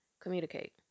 communicate